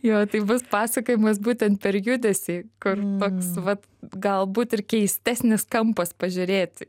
jo tai bus pasakojimas būtent per judesį kur toks vat galbūt ir keistesnis kampas pažiūrėti